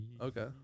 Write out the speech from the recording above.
Okay